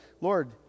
Lord